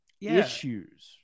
issues